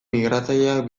migratzaileak